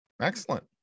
excellent